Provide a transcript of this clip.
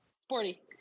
Sporty